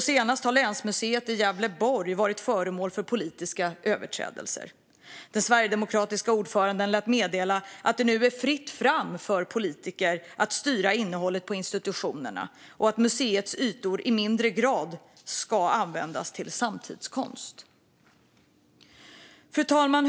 Senast har länsmuseet i Gävleborg varit föremål för politiska överträdelser. Den sverigedemokratiska ordföranden lät meddela att det nu är fritt fram för politiker att styra innehållet på institutionerna och att museets ytor i mindre grad ska användas till samtidskonst. Fru talman!